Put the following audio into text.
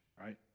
right